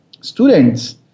students